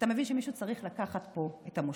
אתה מבין שמישהו צריך לקחת פה את המושכות.